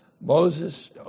Moses